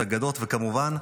אגדות וכמובן,